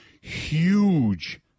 huge